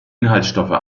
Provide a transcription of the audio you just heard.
inhaltsstoffe